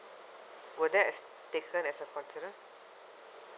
will that as taken as a consideration